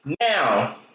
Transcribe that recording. Now